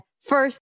first